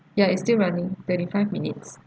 ya it's still running twenty five minutes